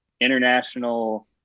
international